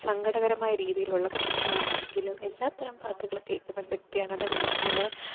സങ്കടകരമായ രീതിയിലുള്ള പാട്ടുകളാണെങ്കിലും എല്ലാ തരം പാട്ടുകൾ കേൾക്കുന്ന ഒരു വ്യക്തിയാണ് അതെല്ലാം നമ്മുടെ